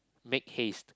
make haste